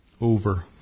Over